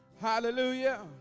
hallelujah